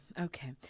okay